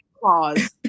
Pause